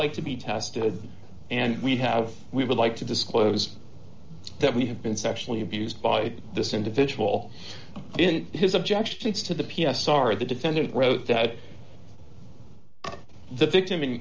like to be tested and we have we would like to disclose that we have been sexually abused by this individual in his objections to the p s r the defendant wrote that the victim